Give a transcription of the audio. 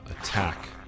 attack